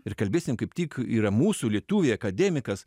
ir kalbėsim kaip tik yra mūsų lietuviai akademikas